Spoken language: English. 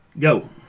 Go